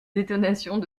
détonations